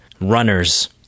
runners